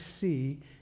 see